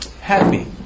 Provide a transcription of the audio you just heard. Happy